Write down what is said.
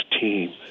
team